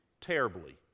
terribly